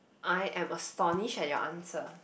I am astonished at your answer